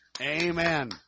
Amen